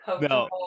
no